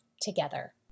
together